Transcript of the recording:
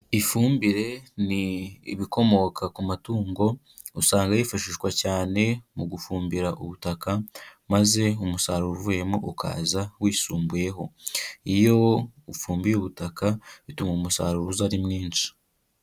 Ifumbire ni ibikomoka ku matungo, usanga yifashishwa cyane mu gufumbira ubutaka maze umusaruro uvuyemo ukaza wisumbuyeho, iyo ufumbiye ubutaka bituma umusaruro uza ari mwinshi.